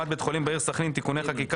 בית חולים בעיר סח'נין (תיקוני חקיקה),